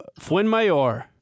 Fuenmayor